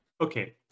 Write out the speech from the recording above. Okay